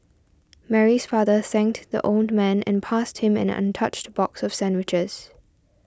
Mary's father thanked the old man and passed him an untouched box of sandwiches